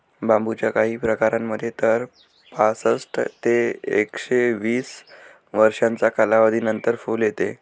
बांबूच्या काही प्रकारांमध्ये तर पासष्ट ते एकशे वीस वर्षांच्या कालावधीनंतर फुल येते